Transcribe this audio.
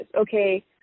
Okay